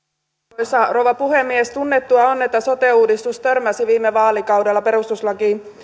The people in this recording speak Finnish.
arvoisa rouva puhemies tunnettua on että sote uudistus törmäsi viime vaalikaudella perustuslakiin